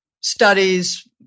studies